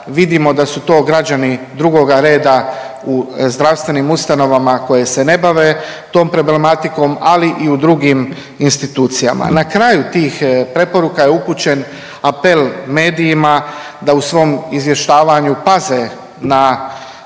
vidimo da su to građani drugoga reda u zdravstvenim ustanovama koje se ne bave tom problematikom, ali i u drugim institucijama. Na kraju tih preporuka je upućen apel medijima da u svom izvještavanju paze na